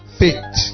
faith